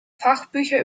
fachbücher